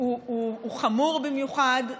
הוא חמור במיוחד,